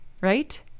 Right